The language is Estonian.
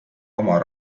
oma